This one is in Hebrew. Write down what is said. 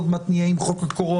עוד מעט נהיה עם חוק הקורונה,